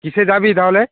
কীসে যাবি তাহলে